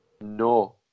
No